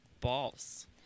balls